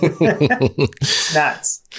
Nuts